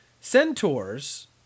Centaurs